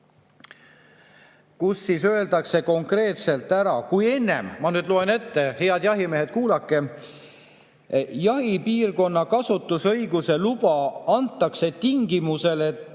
kus öeldakse konkreetselt ära, ma nüüd loen ette, head jahimehed, kuulake!: "Jahipiirkonna kasutusõiguse luba antakse tingimusel, et